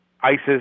ISIS